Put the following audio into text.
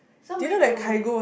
somebody told me